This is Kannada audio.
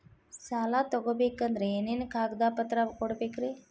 ಸಾಲ ತೊಗೋಬೇಕಂದ್ರ ಏನೇನ್ ಕಾಗದಪತ್ರ ಕೊಡಬೇಕ್ರಿ?